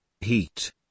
heat